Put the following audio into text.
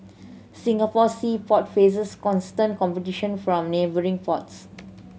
Singapore sea port faces constant competition from neighbouring ports